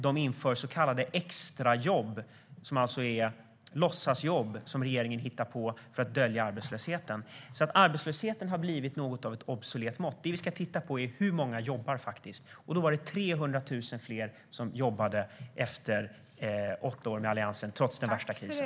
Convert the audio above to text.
Man inför så kallade extrajobb som alltså är låtsasjobb som regeringen har hittat på för att dölja arbetslösheten. Arbetslöshet har blivit något av ett obsolet mått. Det som man ska titta på är hur många som faktiskt jobbar. Det var 300 000 fler som jobbade efter åtta år med Alliansen, trots den värsta krisen.